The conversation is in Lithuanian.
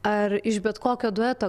ar iš bet kokio dueto